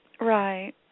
Right